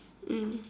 mm